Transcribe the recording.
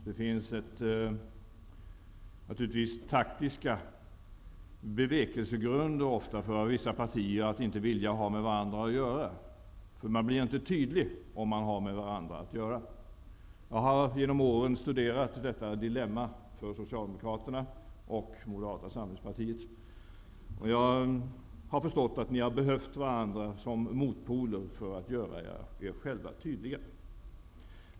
Det finns naturligtvis ofta taktiska bevekelsegrunder för vissa partier att inte vilja ha med varandra att göra, eftersom man inte blir tydlig om man har med varandra att göra. Jag har genom åren studerat detta dilemma för Socialdemokraterna och Moderata samlingspartiet. Jag har förstått att ni har behövt varandra som motpoler för att göra er själva tydliga.